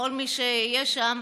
לכל מי שיהיה שם,